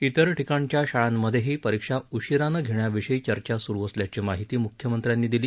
इतर ठिकाणच्या शाळांमध्येही परीक्षा उशिरानं घेण्याविषयी चर्चा सुरू असल्याची माहिती मुख्यमंत्र्यांनी दिली